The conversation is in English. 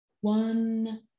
one